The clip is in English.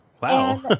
Wow